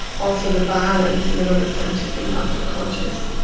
also the violence and the number of times she's been knocked unconscious,